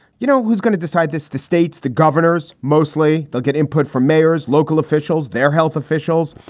you know who's gonna decide this? the states, the governors. mostly they'll get input from mayors, local officials, their health officials,